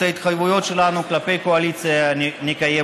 את ההתחייבויות שלנו כלפי הקואליציה נקיים,